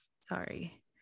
Sorry